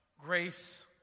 grace